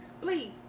Please